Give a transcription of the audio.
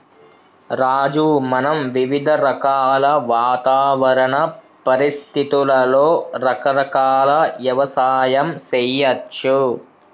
రాజు మనం వివిధ రకాల వాతావరణ పరిస్థితులలో రకరకాల యవసాయం సేయచ్చు